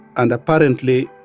and apparently,